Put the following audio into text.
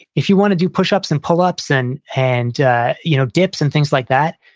if you want to do pushups and pull ups, and and you know dips, and things like that,